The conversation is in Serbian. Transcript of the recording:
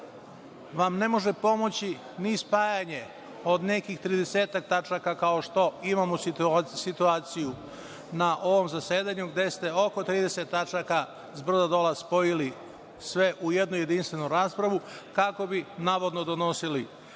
vam ne može pomoći ni spajanje od nekih 30 tačaka, kao što imamo situaciju na ovom zasedanju, gde ste oko 30 tačaka spojili sve u jednu jedinstvenu raspravu kako bi, navodno, donosili